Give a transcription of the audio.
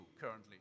currently